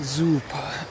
Super